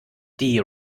die